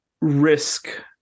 risk